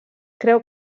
creu